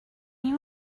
you